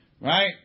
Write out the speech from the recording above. right